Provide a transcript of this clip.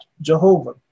Jehovah